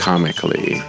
Comically